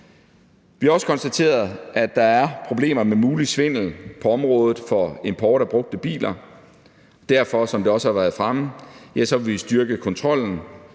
Vi har også konstateret, at der er problemer med mulig svindel på området for import af brugte biler. Derfor, som det også har været fremme, vil vi styrke kontrollen,